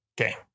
okay